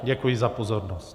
Děkuji za pozornost.